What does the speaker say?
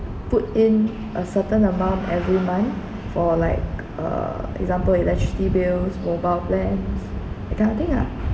put in a certain amount every month for like uh example electricity bills mobile plans that kind of thing ah